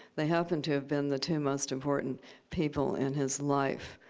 they happen to have been the two most important people in his life.